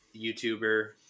youtuber